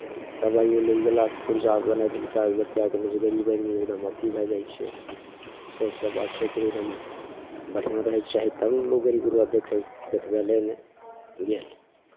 दबाइयो लए लए गेला तऽ पुरजा बनेलका उनेलका गरीब आदमी एकदम अथि भए जाइ छै स्वास्थ सेवासँ एकदम बढ़िआँ रहयके चाही तब ने गरीब गुरबा लोक देखयतै देखबै लए नहि गेल